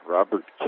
Robert